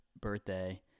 birthday